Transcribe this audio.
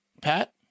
Pat